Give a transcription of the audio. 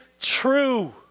true